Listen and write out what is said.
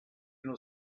uno